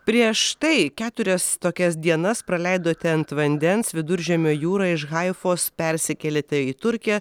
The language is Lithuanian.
prieš tai keturias tokias dienas praleidote ant vandens viduržemio jūrą iš haifos persikėlėte į turkiją